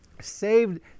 saved